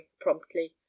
promptly